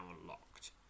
unlocked